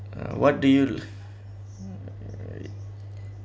uh what do you do